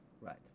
Right